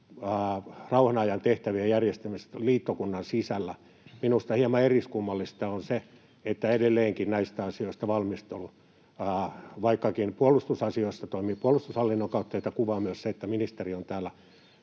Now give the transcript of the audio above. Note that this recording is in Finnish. rauhanajan tehtävien järjestämisestä liittokunnan sisällä, minusta on hieman eriskummallista se, että silti edelleenkin näiden asioiden valmistelu — vaikkakin puolustusasioissa se toimii puolustushallinnon kautta, mitä kuvaa myös se, että ministeri on